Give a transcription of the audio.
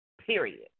period